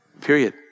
period